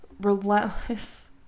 relentless